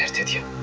did you